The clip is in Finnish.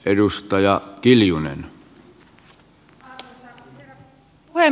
arvoisa herra puhemies